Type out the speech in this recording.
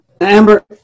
Amber